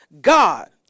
god